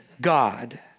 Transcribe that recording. God